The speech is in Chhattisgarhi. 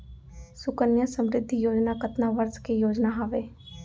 सुकन्या समृद्धि योजना कतना वर्ष के योजना हावे?